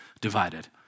divided